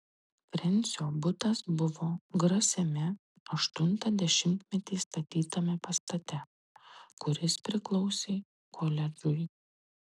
frensio butas buvo grasiame aštuntą dešimtmetį statytame pastate kuris priklausė koledžui